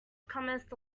comest